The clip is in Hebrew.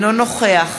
אינו נוכח